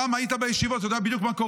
רם, היית בישיבות, אתה יודע מה בדיוק קורה.